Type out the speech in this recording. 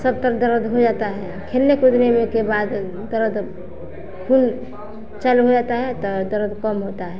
सब कब दर्द हो जाता है खेलने पर भी नहीं ओके बाद दर्द खून चालू हो जाता है तो दर्द कम होता है